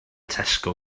tesco